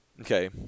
Okay